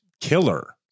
killer